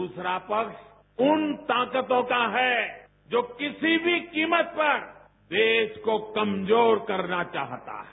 दूसरा पक्ष उन ताकतों का है जो किसी भी कीमत पर देश को कमजोर करना चाहता है